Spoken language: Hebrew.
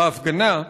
בהפגנה,